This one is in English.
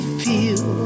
feel